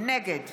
נגד